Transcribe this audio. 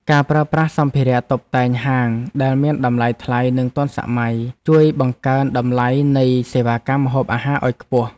ការប្រើប្រាស់សម្ភារៈតុបតែងហាងដែលមានតម្លៃថ្លៃនិងទាន់សម័យ ជួយបង្កើនតម្លៃនៃសេវាកម្មម្ហូបអាហារឱ្យខ្ពស់។